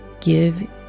give